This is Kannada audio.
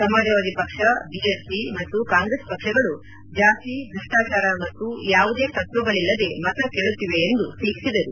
ಸಮಾಜವಾದಿ ಪಕ್ಷ ಬಿಎಸ್ಪಿ ಮತ್ತು ಕಾಂಗ್ರೆಸ್ ಪಕ್ಷಗಳು ಜಾತಿ ಭ್ರಷ್ಟಾಚಾರ ಮತ್ತು ಯಾವುದೇ ತತ್ವಗಳಲ್ಲದೆ ಮತ ಕೇಳುತ್ತಿವೆ ಎಂದು ಟೀಕಿಸಿದರು